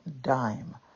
dime